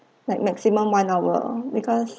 like maximum one hour because